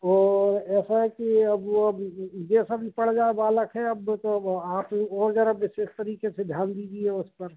और ऐसा है कि अब वो जैसा भी पढ़ ले बालक है अब देखो आप ही बोल दे रहे विशेष तरीके से ध्यान दीजिये उस पर